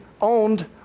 owned